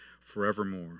forevermore